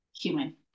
human